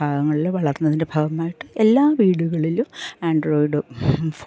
ഭാഗങ്ങളിൽ വളർന്നതിൻ്റെ ഭാഗമായിട്ട് എല്ലാ വീടുകളിലും ആൻഡ്രോയ്ഡ്